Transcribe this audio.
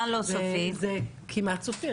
זה כמעט סופי.